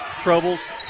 troubles